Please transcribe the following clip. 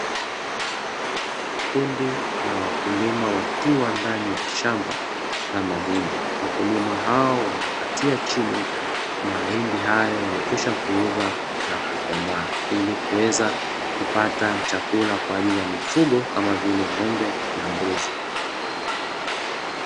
Kundi la wakulima wakiwa ndani ya shamba na mahindi. Wakulima hao wanakatia chini mahindi hayo yalokwisha kuiva na kukomaa, ili kuweza kupata chakula kwa ajili ya mifugo, kama vile ng'ombe na mbuzi.